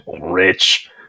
Rich